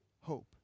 hope